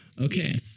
Okay